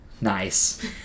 Nice